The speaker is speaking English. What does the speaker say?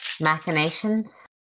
Machinations